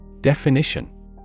Definition